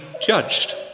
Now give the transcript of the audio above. judged